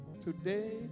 Today